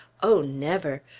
o never!